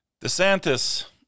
DeSantis